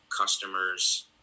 customers